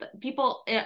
people